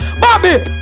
Bobby